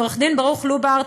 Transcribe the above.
לעורך-דין ברוך לוברט,